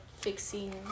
fixing